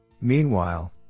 Meanwhile